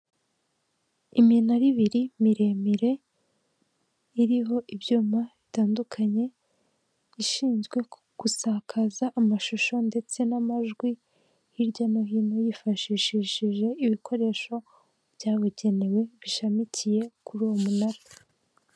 Iminara ibiri miremire iriho ibyuma bitandukanye, ishinzwe gusakaza amashusho ndetse n'amajwi hirya no hino, yifashishishije ibikoresho byabugenewe bishamikiye kuri uwo munara.